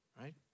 right